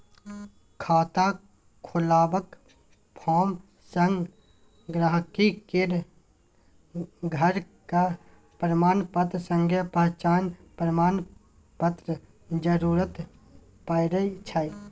खाता खोलबाक फार्म संग गांहिकी केर घरक प्रमाणपत्र संगे पहचान प्रमाण पत्रक जरुरत परै छै